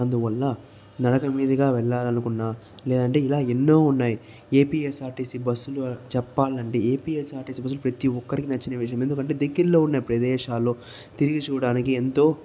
అందువల్ల నడక మీదుగా వెళ్లాలనుకున్న లేదంటే ఇలా ఎన్నో ఉన్నాయి ఏపీఎస్ఆర్టిసి బస్సులు చెప్పాలంటే ఏపీఎస్ఆర్టీసీ బస్సులు ప్రతి ఒక్కరికి నచ్చిన విషయం ఎందుకంటే దగ్గర్లో ఉండే ప్రదేశాల్లో తిరిగి చూడడానికి ఎంతో